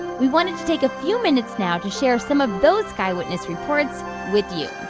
we wanted to take a few minutes now to share some of those sky witness reports with you.